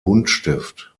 buntstift